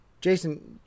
Jason